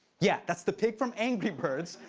yeah, that's the pig from angry birds,